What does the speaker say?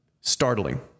startling